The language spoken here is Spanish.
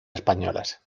españolas